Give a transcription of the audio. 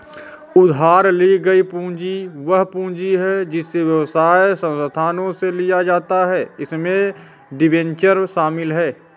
उधार ली गई पूंजी वह पूंजी है जिसे व्यवसाय संस्थानों से लिया जाता है इसमें डिबेंचर शामिल हैं